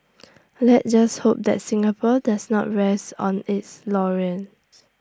let's just hope that Singapore does not rest on its laurels